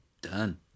done